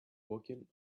walking